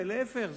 ולהיפך,